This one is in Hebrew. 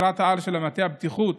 מטרת-העל של מטה הבטיחות,